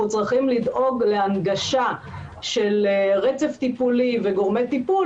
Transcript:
אנחנו צריכים לדאוג להנגשה של רצף טיפולי וגורמי טיפול,